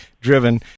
driven